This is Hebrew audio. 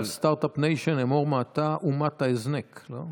אגב, סטרטאפ ניישן, אמור מעתה "אומת ההזנק", לא?